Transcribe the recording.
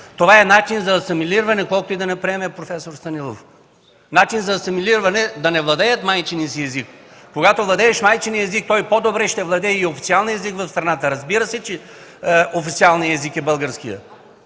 Това е начин за асимилиране, колкото и да не го приема проф. Станилов. Начин за асимилиране – да не владеят майчиния си език. Когато владееш майчиния си език, по-добре ще владееш и официалния език в страната. Разбира се, че официалният език е българският.